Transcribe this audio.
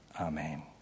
Amen